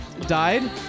died